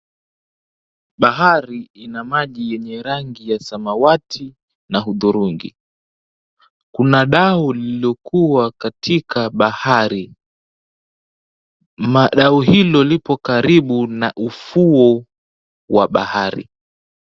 Bahari ina maji yenye rangi ya samawati na udhurungi. Kuna dau lililokuwa katika bahari. Dau hilo lipo karibu na ufuo kwa bahari.